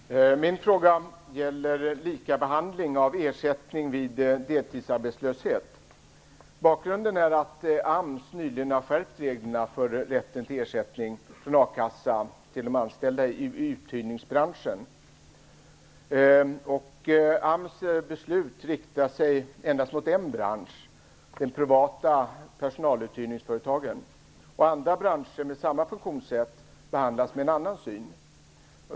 Fru talman! Min fråga gäller likabehandling av ersättning vid deltidsarbetslöshet. Bakgrunden är den att AMS nyligen har skärpt reglerna för rätten till ersättning från a-kassan till de anställda i uthyrningsbranschen. AMS beslut riktar sig mot endast en bransch, de privata personaluthyrningsföretagen. Andra branscher med samma funktionssätt behandlas enligt en annan syn.